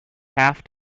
half